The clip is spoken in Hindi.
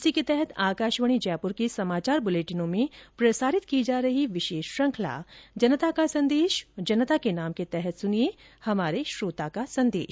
इसी के तहत आकाशवाणी जयपुर के समाचार बुलेटिनों में प्रसारित की जा रही विशेष श्रृखंला जनता का संदेश जनता के नाम के तहत सुनिये हमारे श्रोता का संदेश